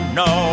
no